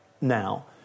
now